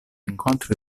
incontri